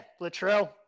Latrell